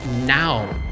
now